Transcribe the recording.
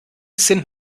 sind